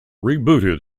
rebooted